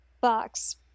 box